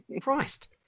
christ